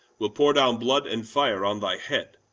will pour down blood and fire on thy head,